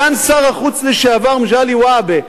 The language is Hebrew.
או סגן שר החוץ לשעבר מגלי והבה.